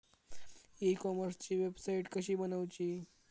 E कॉमर्सची website कशी बनवची?